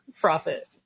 Profit